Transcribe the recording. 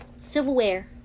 silverware